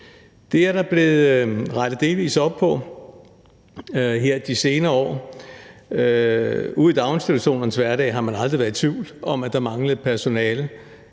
Det er der blevet rettet delvis op på her de senere år. Ude i daginstitutionernes hverdag har man aldrig været i tvivl om, at der manglede personale.